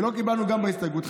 ולא קיבלנו גם בהסתייגות.